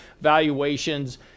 valuations